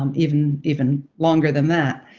um even even longer than that.